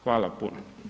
Hvala puno.